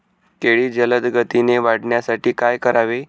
केळी जलदगतीने वाढण्यासाठी काय करावे?